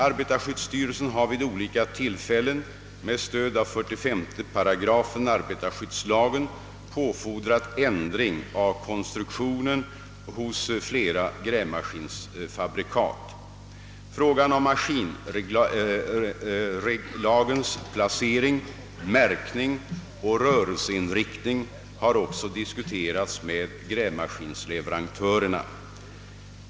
Arbetarskyddsstyrelsen har vid olika tillfällen med stöd av 45 8 arbetarskyddslagen påfordrat ändring av konstruktionen hos flera grävmaskinsfabrikat. Frågan om maskinreglagens placering, märkning och rörelseriktning har också diskuterats med grävmaskinsleverantörerna.